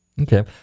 Okay